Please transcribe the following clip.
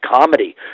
comedy